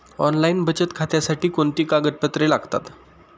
Online बचत खात्यासाठी कोणती कागदपत्रे लागतात?